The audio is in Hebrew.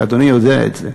ואדוני יודע את זה.